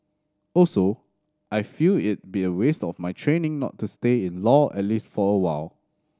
also I feel it be a waste of my training not to stay in law at least for a while